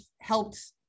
helped